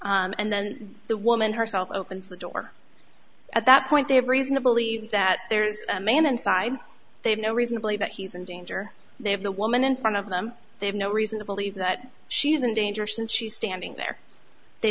and then the woman herself opens the door at that point they have reason to believe that there is a man inside they have no reasonably that he's in danger they have the woman in front of them they have no reason to believe that she is in danger since she's standing there they